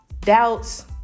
doubts